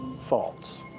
false